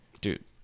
Dude